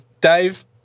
Dave